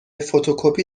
فتوکپی